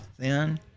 thin